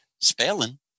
Spelling